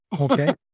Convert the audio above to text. Okay